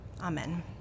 Amen